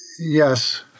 yes